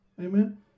Amen